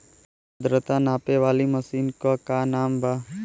आद्रता नापे वाली मशीन क का नाव बा?